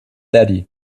daddy